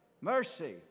mercy